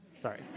Sorry